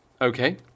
Okay